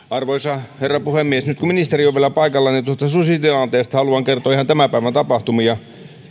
arvoisa herra puhemies nyt kun ministeri on vielä paikalla niin susitilanteesta haluan kertoa ihan tämän päivän tapahtumia